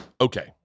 okay